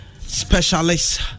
specialist